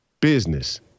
business